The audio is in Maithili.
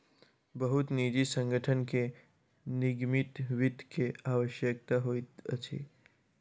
बहुत निजी संगठन के निगमित वित्त के आवश्यकता होइत अछि